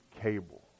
cable